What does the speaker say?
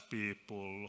people